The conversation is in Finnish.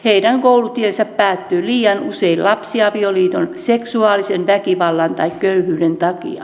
heidän koulutiensä päättyy liian usein lapsiavioliiton seksuaalisen väkivallan tai köyhyyden takia